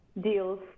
deals